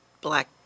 black